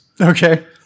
Okay